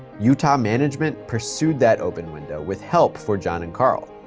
utah management pursued that open window with help for john and karl.